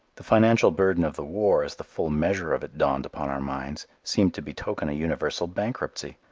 the financial burden of the war, as the full measure of it dawned upon our minds, seemed to betoken a universal bankruptcy.